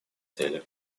цели